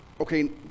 okay